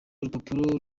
urupapuro